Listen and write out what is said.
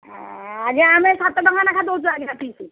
ଆଜ୍ଞା ଆମେ ସାତଟଙ୍କା ଲେଖାଁ ଦେଉଛୁ ଆଜ୍ଞା ପିସ୍